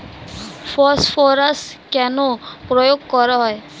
Phosphorus কেন প্রয়োগ করা হয়?